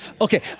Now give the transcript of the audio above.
Okay